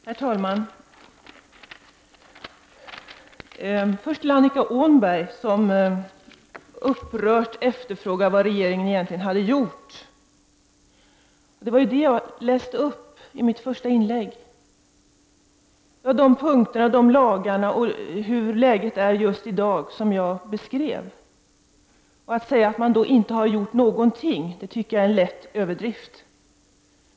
Herr talman! Först vill jag vända mig till Annika Åhnberg som upprört frågade vad regeringen egentligen har gjort. Det var ju det jag läste upp i mitt första inlägg. Det var de punkterna, de lagarna och läget i dag som jag beskrev. Att då säga att ingenting har gjorts tycker jag är en lätt överdrift.